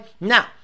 Now